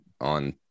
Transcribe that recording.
on